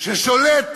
ששולט